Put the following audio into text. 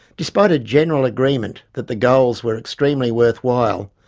despite a general agreement that the goals were extremely worthwhile,